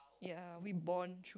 ya we bond